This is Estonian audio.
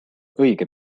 õige